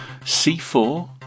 C4